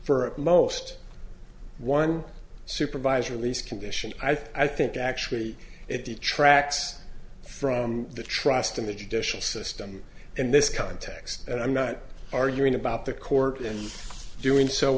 for most one supervisor elise condition i think actually it detracts from the trust in the judicial system in this context and i'm not arguing about the court in doing so